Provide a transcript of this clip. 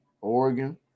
Oregon